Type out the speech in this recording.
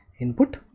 input